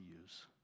use